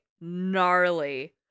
gnarly